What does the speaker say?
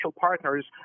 partners